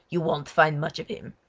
you won't find much of him.